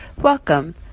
welcome